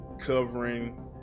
covering